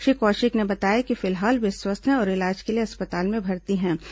श्री कौशिक ने बताया कि फिलहाल वे स्वस्थ हैं और इलाज के लिए अस्पताल में भर्ती होंगे